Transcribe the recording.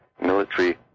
military